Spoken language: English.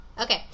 Okay